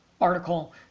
article